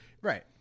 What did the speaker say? Right